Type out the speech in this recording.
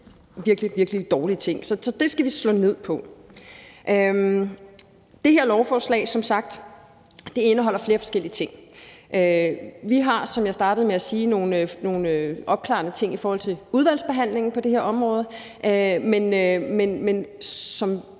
virkelig dårlige ting til børn. Så det skal vi slå ned på. Det her lovforslag indeholder som sagt flere forskellige ting. Vi har, som jeg startede med at sige, nogle opklarende ting i forhold til udvalgsbehandlingen på det her område, men som